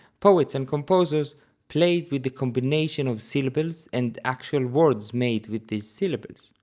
poets and composers played with the combination of syllables and actual words made with these syllables.